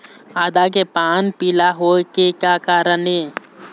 आदा के पान पिला होय के का कारण ये?